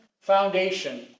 foundation